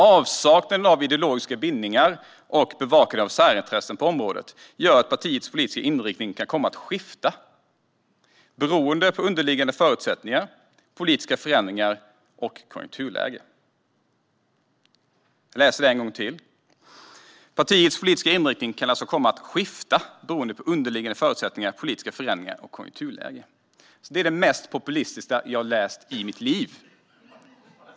Avsaknaden av ideologiska bindningar och bevakande av särintressen på området gör att partiets politiska inriktning kan komma att skifta beroende på underliggande förutsättningar, politiska förändringar och konjunkturläge." Jag tar det en gång till: Partiets politiska inriktning kan alltså komma att skifta beroende på underliggande förutsättningar, politiska förändringar och konjunkturläge. Detta är det mest populistiska jag har läst i hela mitt liv.